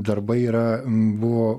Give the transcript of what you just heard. darbai yra buvo